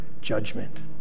judgment